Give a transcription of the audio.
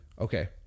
Okay